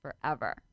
Forever